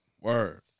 word